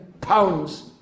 pounds